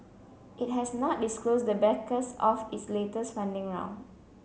it has not disclosed the backers of its latest funding round